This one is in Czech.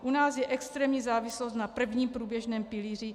U nás je extrémní závislost na prvním průběžném pilíři.